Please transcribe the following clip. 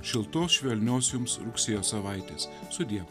šiltos švelnios jums rugsėjo savaitės sudie